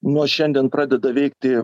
nuo šiandien pradeda veikti